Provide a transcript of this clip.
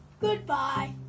Goodbye